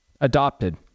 adopted